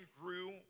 grew